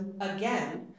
again